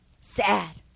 sad